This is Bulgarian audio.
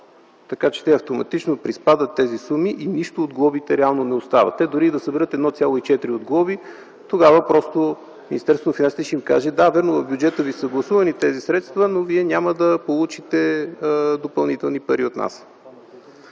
Така че те автоматично приспадат тези суми и реално нищо от глобите не остава. Те дори и да съберат 1,4 от глоби, тогава Министерство на финансите ще им каже: да, вярно, в бюджета ви са гласувани тези средства, но вие няма да получите допълнителни пари от нас.